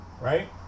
Right